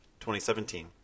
2017